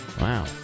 Wow